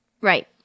Right